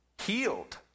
healed